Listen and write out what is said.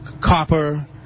copper